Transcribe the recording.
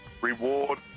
reward